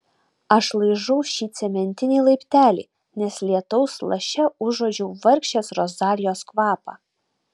aš laižau šį cementinį laiptelį nes lietaus laše užuodžiau vargšės rozalijos kvapą